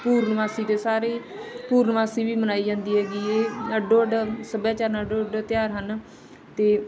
ਪੂਰਨਮਾਸ਼ੀ ਦੇ ਸਾਰੇ ਪੂਰਨਮਾਸ਼ੀ ਵੀ ਮਨਾਈ ਜਾਂਦੀ ਹੈਗੀ ਅੱਡੋ ਅੱਡ ਸੱਭਿਆਚਾਰ ਨਾਲ ਅੱਡੋ ਅੱਡ ਤਿਉਹਾਰ ਹਨ ਅਤੇ